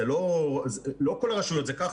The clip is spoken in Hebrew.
לא כל הרשויות זה ככה.